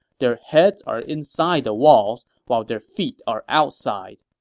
their heads are inside the walls, while their feet are outside.